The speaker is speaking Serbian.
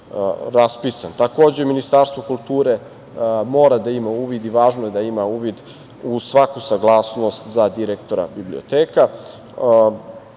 Ministarstvo kulture mora da ima uvid i važno je da ima uvid u svaku saglasnost za direktora biblioteka.